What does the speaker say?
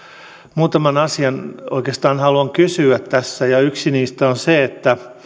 muutaman asian oikeastaan haluan kysyä tässä yksi niistä on se